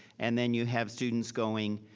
and then you have students going